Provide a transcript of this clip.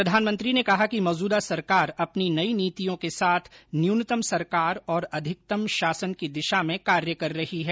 प्रधानमंत्री ने कहा कि मौजूदा सरकार अपनी नई नीतियों के साथ न्यूनतम सरकार और अधिकतम शासन की दिशा में कार्य कर रही है